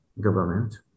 government